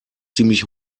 ziemlich